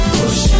push